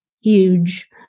huge